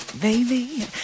Baby